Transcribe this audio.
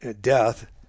death